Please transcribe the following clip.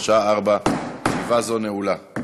בשעה 16:00. ישיבה זו נעולה.